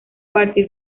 partir